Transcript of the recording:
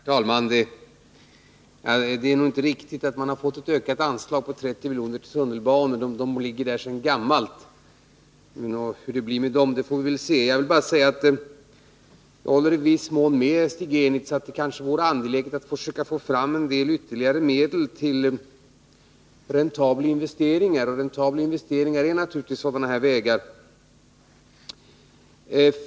Herr talman! Det är nog inte riktigt att tunnelbanan fått ett med 30 milj.kr. ökat anslag. De pengarna finns anslagna sedan gammalt. Hur det blir med dem får vi väl se. Jag vill bara säga att jag i viss mån håller med Stig Genitz om att det kanske vore angeläget att försöka få fram en del ytterligare medel till räntabla investeringar, och räntabla investeringar är naturligtvis att åtgärda sådana här vägar.